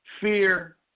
fear